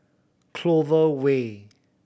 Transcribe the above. Clover Way